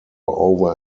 over